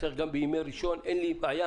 אם צריך גם בימי ראשון, אין לי בעיה.